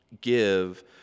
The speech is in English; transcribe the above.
give